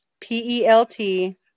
P-E-L-T